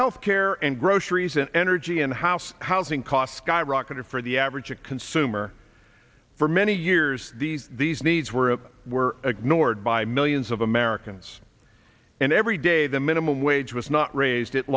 health care and groceries and energy and house housing costs skyrocketed for the average a consumer for many years these needs were were ignored by millions of americans and every day the minimum wage was not raised it